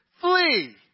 flee